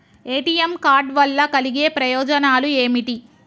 ATM card వల్ల కలిగే ప్రయోజనాలు ఏమిటి?